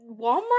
Walmart